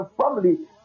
family